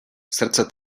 srdce